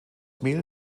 mehl